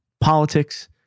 Politics